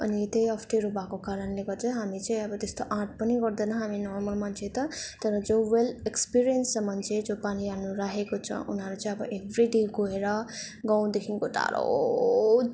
अनि त्यही अप्ठ्यारो भएको कारणले गर्दा हामी चाहिँ अब त्यस्तो आँट पनि गर्दैन हामी नर्मल मान्छे त तर जो वेल एक्सपिरियन्स छ मान्छे जो पानी हाल्नु राखेको छ उनीहरू चाहिँ अब एभ्री डे गएर गाउँदेखिको टाडो